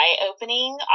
eye-opening